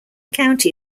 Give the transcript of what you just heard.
county